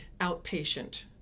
outpatient